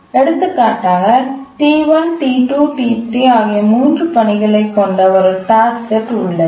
எடுத்துக்காட்டாக T1 T2 T3 ஆகிய 3 பணிகளைக் கொண்ட ஒரு டாஸ்க்செட் உள்ளது